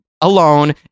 alone